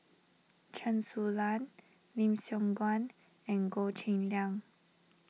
Chen Su Lan Lim Siong Guan and Goh Cheng Liang